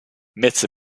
myths